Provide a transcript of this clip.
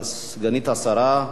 סגנית השר,